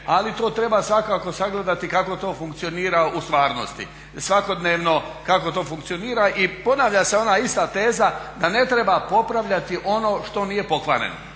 ali to treba svakako sagledati kako to funkcionira u stvarnosti, svakodnevno kako to funkcionira i ponavlja se ona ista teza da ne treba popravljati ono što nije pokvareno.